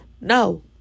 No